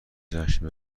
جشن